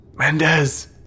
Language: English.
Mendez